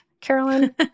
Carolyn